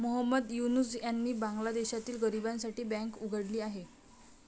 मोहम्मद युनूस यांनी बांगलादेशातील गरिबांसाठी बँक उघडली आहे